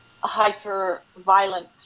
hyper-violent